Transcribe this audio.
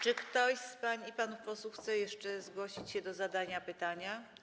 Czy ktoś z pań i panów posłów chce jeszcze zgłosić się do zadania pytania?